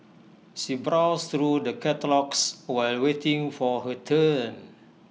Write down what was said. she browsed through the catalogues while waiting for her turn